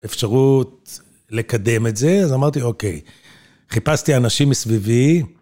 אפשרות לקדם את זה, אז אמרתי אוקיי, חיפשתי אנשים מסביבי.